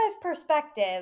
perspective